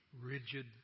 rigid